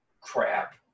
crap